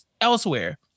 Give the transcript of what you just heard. elsewhere